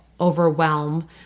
overwhelm